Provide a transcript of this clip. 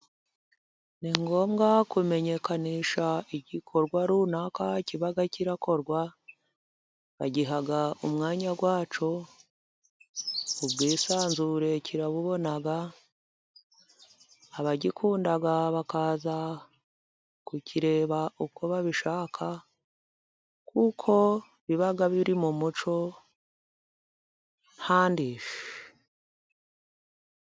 Ni ngombwa kumenyekanisha igikorwa runaka kiba kirakorwa ,bagiha umwanya wacyo ubwisanzure kirabubona abagikunda bakaza kukireba uko babishaka, kuko biba biri mu mucyo nta ndishyi.